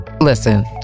Listen